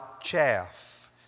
chaff